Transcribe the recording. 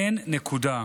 אין, נקודה.